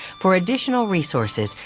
for additional resources,